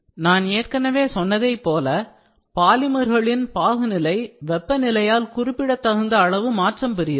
நான் ஏற்கனவே சொன்னதை போல பாலிமர்களின் பாகுநிலை வெப்பநிலையால் குறிப்பிடத்தகுந்த அளவு மாற்றம் பெறுகிறது